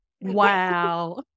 Wow